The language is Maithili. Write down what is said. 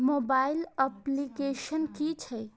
मोबाइल अप्लीकेसन कि छै?